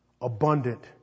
abundant